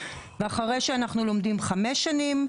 ואחרי שאנחנו לומדים חמש שנים,